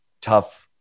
tough